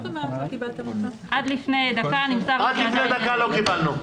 עד לפני דקה לא קיבלנו.